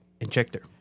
Injector